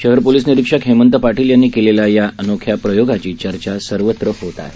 शहर पोलीस निरीक्षक हेमंत पाधील यांनी केलेल्या या अनोख्या प्रयोगाची चर्चा सर्वत्र होत आहे